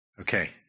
Okay